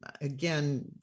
Again